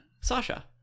Sasha